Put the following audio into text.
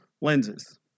lenses